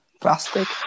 Plastic